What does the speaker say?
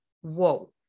whoa